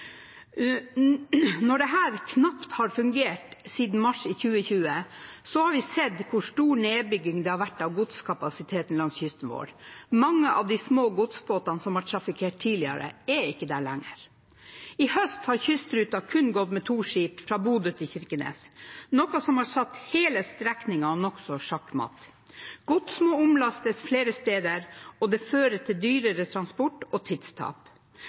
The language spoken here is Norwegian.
Når dette knapt har fungert siden mars i 2020, har vi sett hvor stor nedbygging det har vært av godskapasiteten langs kysten vår. Mange av de små godsbåtene som har trafikkert tidligere, er ikke der lenger. I høst har kystruten kun gått med to skip fra Bodø til Kirkenes, noe som har satt hele strekningen nokså sjakkmatt. Gods må omlastes flere steder, og det fører til dyrere transport og tidstap.